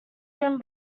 written